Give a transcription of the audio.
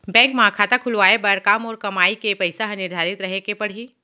Bank म खाता खुलवाये बर का मोर कमाई के पइसा ह निर्धारित रहे के पड़ही?